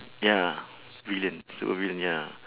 ya villain so villain ya